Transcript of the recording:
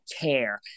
care